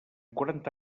quaranta